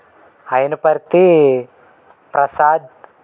Hainaparthi Prasad